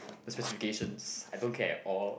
the specifications I don't care at all